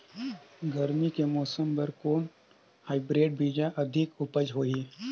गरमी के मौसम बर कौन हाईब्रिड बीजा अधिक उपज होही?